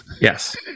Yes